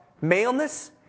maleness